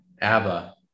ABBA